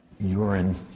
urine